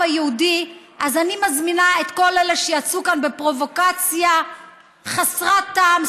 אז אני מזמינה את כל אלה שיצאו כאן בפרובוקציה חסרת טעם,